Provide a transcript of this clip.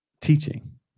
teaching